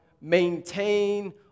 maintain